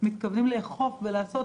מתכוונים לאכוף ולעשות,